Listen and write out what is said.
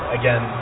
again